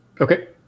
Okay